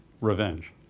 revenge